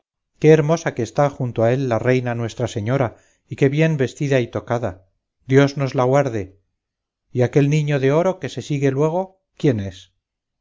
que está junto a él la reina nuestra señora y qué bien vestida y tocada dios nos la guarde y aquel niño de oro que se sigue luego quién es